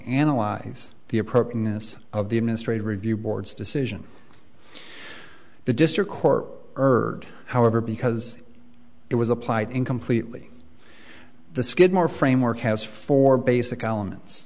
analyze the appropriateness of the administrative review boards decision the district court heard however because it was applied in completely the skidmore framework has four basic elements